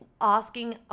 asking